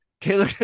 Taylor